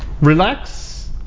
relax